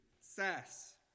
sass